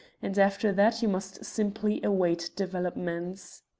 and after that you must simply await developments.